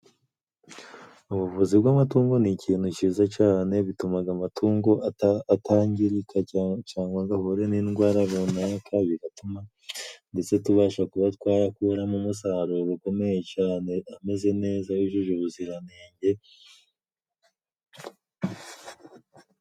Ubuvuzi bw'amatungo ni ikintu ciza cane, bitumaga amatungo atangirika cangwa ngo ahure n'indwara kanaka, bigatuma ndetse tubasha kuba twayakuramo umusaruro ukomeye cane, ameze neza yujuje ubuziranenge.